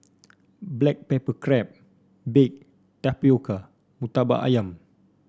Black Pepper Crab Baked Tapioca murtabak ayam